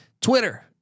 Twitter